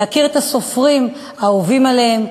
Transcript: להכיר את הסופרים האהובים עליהם,